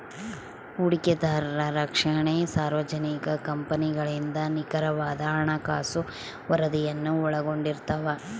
ಹೂಡಿಕೆದಾರರ ರಕ್ಷಣೆ ಸಾರ್ವಜನಿಕ ಕಂಪನಿಗಳಿಂದ ನಿಖರವಾದ ಹಣಕಾಸು ವರದಿಯನ್ನು ಒಳಗೊಂಡಿರ್ತವ